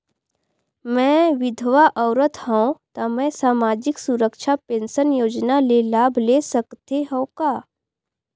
मैं विधवा औरत हवं त मै समाजिक सुरक्षा पेंशन योजना ले लाभ ले सकथे हव का?